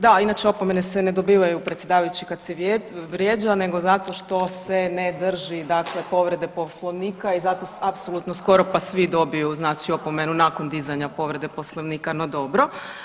Da, inače opomene se ne dobivaju predsjedavajući kad se vrijeđa nego zato što se ne drži dakle povrede Poslovnika i zato apsolutno skoro pa svi dobiju znači opomenu nakon dizanja povrede Poslovnika, no dobro.